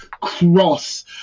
cross